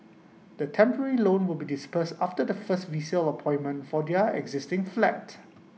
the temporary loan will be disbursed after the first resale appointment for their existing flat